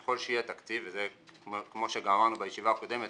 ככל שיהיה תקציב וזה כמו שגם אמרנו בישיבה הקודמת,